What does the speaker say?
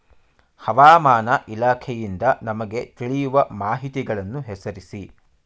ಹವಾಮಾನ ಇಲಾಖೆಯಿಂದ ನಮಗೆ ತಿಳಿಯುವ ಮಾಹಿತಿಗಳನ್ನು ಹೆಸರಿಸಿ?